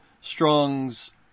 Strong's